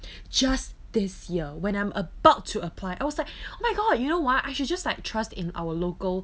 just this year when I'm about to apply I was like oh my god you know what I should just like trust in our local